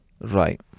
Right